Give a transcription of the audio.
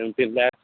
seventeen lakhs